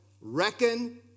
reckon